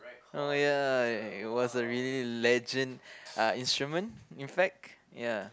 oh ya it was a really legend uh instrument in fact ya